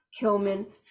Kilman